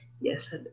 Yes